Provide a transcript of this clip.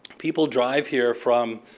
people drive here from